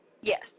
Yes